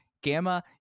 Gamma